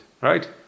right